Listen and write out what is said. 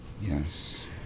Yes